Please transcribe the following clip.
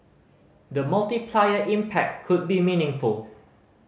the multiplier impact could be meaningful